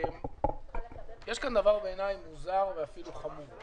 יש כאן דבר מוזר ואפילו חמור.